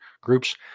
groups